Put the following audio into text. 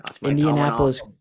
Indianapolis